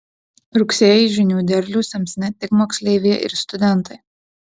rugsėjį žinių derlių sems ne tik moksleiviai ir studentai